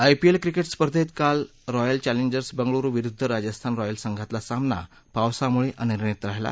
IPL cricket स्पर्धेत काल Royal Challengers Bengaluru विरुद्ध राजस्थान रॉयल्स संघातला सामना पावसामुळे अनिर्णित राहिला